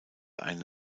ein